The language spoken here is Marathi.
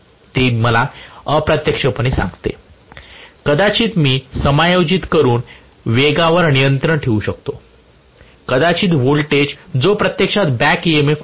ते मला अप्रत्यक्षपणे सांगते कदाचित मी समायोजित करून वेगावर नियंत्रण ठेवू शकतो कदाचित व्होल्टेज जो प्रत्यक्षात बॅक ईएमएफ आहे